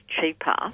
cheaper